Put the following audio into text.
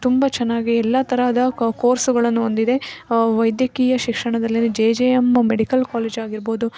ತುಂಬ ಚೆನ್ನಾಗಿ ಎಲ್ಲ ತರಹದ ಕೋರ್ಸುಗಳನ್ನು ಹೊಂದಿದೆ ವೈದ್ಯಕೀಯ ಶಿಕ್ಷಣದಲ್ಲಿ J J M medical college ಆಗಿರ್ಬೋದು